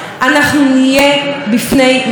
שספק אם האנושות תשרוד אותו.